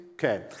Okay